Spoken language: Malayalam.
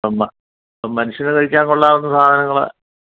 മനുഷ്യൻ മനുഷ്യൻ കഴിക്കാൻ കൊള്ളാവുന്ന സാധനങ്ങൾ